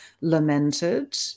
lamented